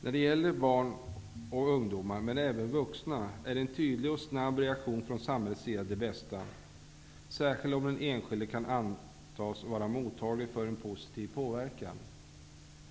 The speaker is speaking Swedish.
När det gäller barn och ungdomar, men även vuxna, är en tydlig och snabb reaktion från samhälllets sida det bästa, särskilt om den enskilde kan antas vara mottaglig för en positiv påverkan.